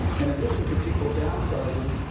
in addition to people down sizing,